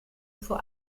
vor